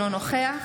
אינו נוכח